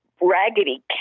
raggedy